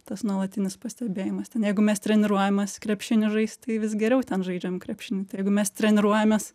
tas nuolatinis pastebėjimas ten jeigu mes treniruojamės krepšinį žaist tai vis geriau ten žaidžiam krepšinį tai jeigu mes treniruojamės